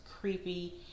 creepy